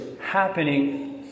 happening